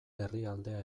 herrialdea